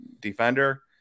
defender